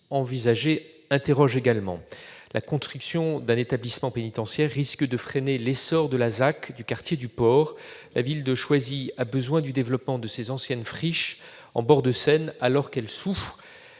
La construction d'un établissement pénitentiaire risque de freiner l'essor de la ZAC du quartier du Port. La ville de Choisy a besoin du développement de ces anciennes friches en bord de Seine, alors qu'elle souffre